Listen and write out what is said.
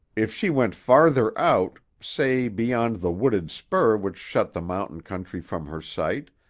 if she went farther out, say beyond the wooded spur which shut the mountain country from her sight,